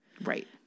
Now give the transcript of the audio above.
Right